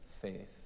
faith